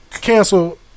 Cancel